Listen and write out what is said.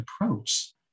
approach